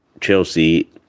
Chelsea